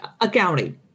accounting